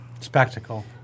spectacle